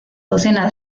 docena